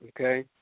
okay